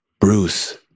Bruce